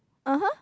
(uh huh)